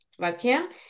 webcam